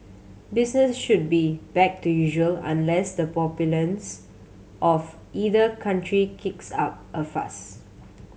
business should be back to usual unless the populace of either country kicks up a fuss